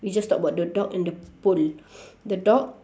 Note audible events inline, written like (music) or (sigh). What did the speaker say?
we just talk about the dog and the pole (breath) the dog